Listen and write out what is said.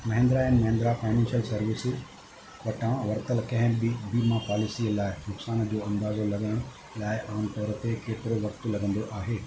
Mahindra and Mahindra financial services वटां वरितल कहिं बि वीमा पॉलिसीअ लाइ नुक़सान जो अंदाज़ो लॻाइण लाइ आम तोर ते केतिरो वक़्तु लॻंदो आहे